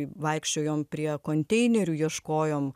vaikščiojom prie konteinerių ieškojom